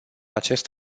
acest